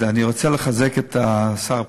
אני רוצה לחזק את שר הפנים,